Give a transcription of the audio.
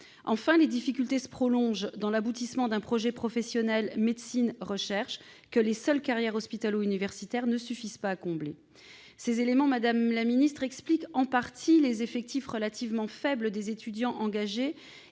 Enfin, les difficultés se prolongent ensuite dans l'aboutissement d'un projet professionnel médecine-recherche, que les seules carrières hospitalo-universitaires ne suffisent pas à combler. Ces éléments expliquent en partie les effectifs relativement faibles des étudiants engagés